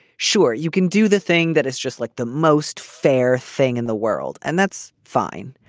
sure, you can do the thing that is just like the most fair thing in the world, and that's fine.